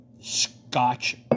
Scotch